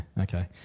okay